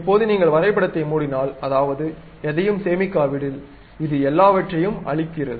இப்போது நீங்கள் வரைபடத்தை மூடினால் அதாவது எதையும் சேமிக்காவிடில் இது எல்லாவற்றையும் அழிக்கிறது